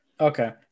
Okay